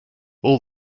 all